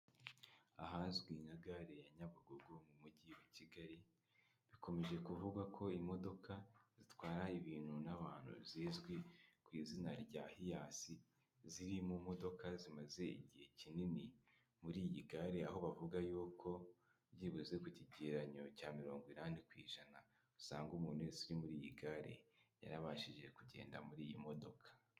Ahazwi nka gare ya Nyabugogo mu mujyi wa Kigali bikomeje kuvugwa ko imodoka zitwara ibintu n'abantu zizwi ku izina rya Hiyasi ziri mu modoka zimaze igihe kinini muri iyi gare, aho bavuga yuko byibuze ku kigereranyo cya mirongo inani ku ijana usanga umuntu wese uri muri iyi gare yarabashije kugenda muri iyi modoka.